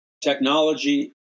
technology